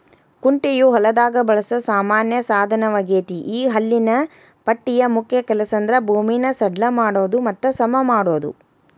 ಕುಂಟೆಯು ಹೊಲದಾಗ ಬಳಸೋ ಸಾಮಾನ್ಯ ಸಾದನವಗೇತಿ ಈ ಹಲ್ಲಿನ ಪಟ್ಟಿಯ ಮುಖ್ಯ ಕೆಲಸಂದ್ರ ಭೂಮಿನ ಸಡ್ಲ ಮಾಡೋದು ಮತ್ತ ಸಮಮಾಡೋದು